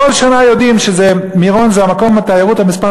כל שנה יודעים שמירון זה מקום התיירות מספר